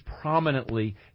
prominently